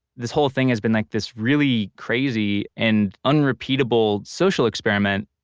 this whole thing has been like this really crazy and unrepeatable social experiment